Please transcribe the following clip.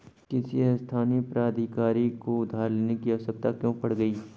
किसी स्थानीय प्राधिकारी को उधार लेने की आवश्यकता क्यों पड़ गई?